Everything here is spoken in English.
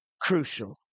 crucial